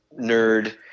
nerd